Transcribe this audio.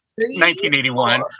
1981